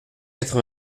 quatre